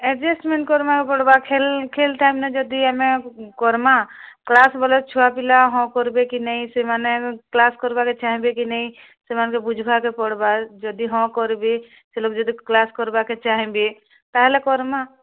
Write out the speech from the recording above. adjustment କରମାକେ ପଡ଼ବା ଖେଲ୍ ଟାଇମ୍ନେ ଯଦି ଆମେ କରମା କ୍ଲାସ୍ ବୋଲେ ଛୁଆପିଲା ହଁ କରିବେ କି ନେଇଁ ସେମାନେ କ୍ଲାସ୍ କରିବାକେ ଚାହିଁବେ କି ନେଇଁ ସେମାନେ ବୁଝିବାକେ ପଡ଼ବା ଯଦି ହଁ କରିବେ ସେ ଲୋକ୍ ଯଦି କ୍ଲାସ୍ କରବାକେ ଚାହିଁବେ ତାହେଲେ କରମା